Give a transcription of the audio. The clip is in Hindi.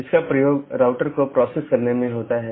BGP एक बाहरी गेटवे प्रोटोकॉल है